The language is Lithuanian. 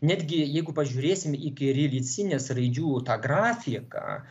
netgi jeigu pažiūrėsim į kirilicinės raidžių tą grafiką